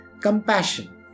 Compassion